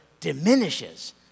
diminishes